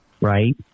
Right